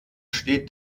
steht